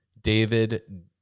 David